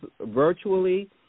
virtually